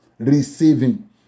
receiving